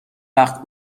وقت